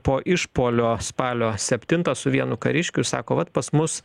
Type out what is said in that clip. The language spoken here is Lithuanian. po išpuolio spalio septintą su vienu kariškiu jis sako vat pas mus